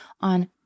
on